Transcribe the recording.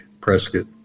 Prescott